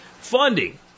Funding